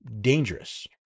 dangerous